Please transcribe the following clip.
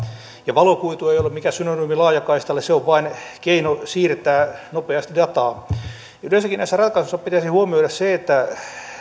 valokuitu ei ole mikään synonyymi laajakaistalle se on vain keino siirtää nopeasti dataa yleensäkin näissä ratkaisuissa pitäisi huomioida se että